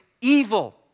evil